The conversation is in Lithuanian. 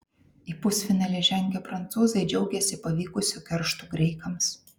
į pusfinalį žengę prancūzai džiaugiasi pavykusiu kerštu graikams